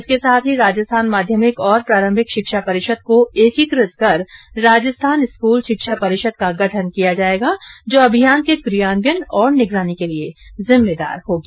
इसके साथ ही राजस्थान माध्यमिक और प्रारम्भिक शिक्षा परिषद को एकीकृत कर राजस्थान स्कूल शिक्षा परिषद का गठन किया जायेगा जो अभियान के कियान्वयन और निगरानी के लिये जिम्मेदार होगी